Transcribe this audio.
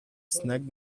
snagged